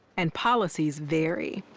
and policies vary.